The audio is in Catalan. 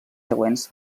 següents